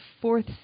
fourth